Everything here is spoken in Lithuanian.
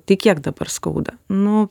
tai kiek dabar skauda nu